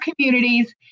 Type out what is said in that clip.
communities